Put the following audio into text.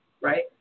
right